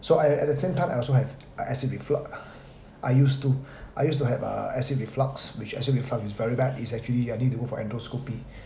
so I I at the same time I also have uh acid reflux I used to I used to have uh acid reflux which acid reflux is very bad is actually I need to go for endoscopy